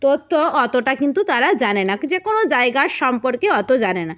তথ্য অতটা কিন্তু তারা জানে না যে কোনো জায়গার সম্পর্কে অত জানে না